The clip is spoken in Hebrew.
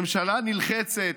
ממשלה נלחצת.